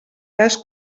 cas